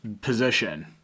position